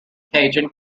cajun